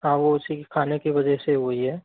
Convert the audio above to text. हाँ वो उसी की खाने की वजह से हुई है